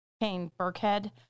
Kane-Burkhead